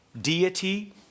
deity